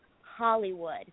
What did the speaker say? Hollywood